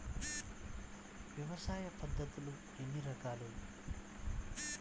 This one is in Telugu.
వ్యవసాయ పద్ధతులు ఎన్ని రకాలు?